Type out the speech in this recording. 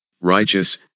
righteous